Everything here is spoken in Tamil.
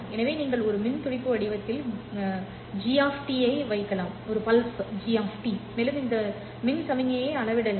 எனவே நீங்கள் ஒரு மின் துடிப்பு வடிவத்தில் கிராம் டி வைக்கலாம் மேலும் இந்த மின் சமிக்ஞையை அளவிடலாம்